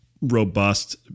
robust